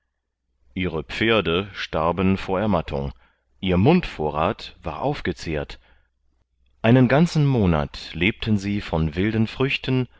ihre pferde starben vor ermattung ihr mundvorrath war aufgezehrt einen ganzen monat lebten sie von wilden früchten